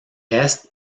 est